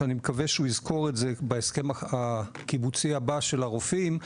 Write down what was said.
אני מקווה שהוא יזכור את זה בהסכם הקיבוצי הבא של הרופאים,